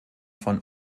von